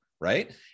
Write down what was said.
right